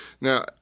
Now